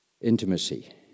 Intimacy